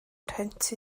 rhentu